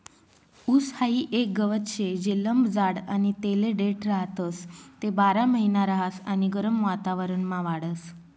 ऊस हाई एक गवत शे जे लंब जाड आणि तेले देठ राहतस, ते बारामहिना रहास आणि गरम वातावरणमा वाढस